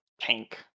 tank